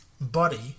buddy